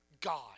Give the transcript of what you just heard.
God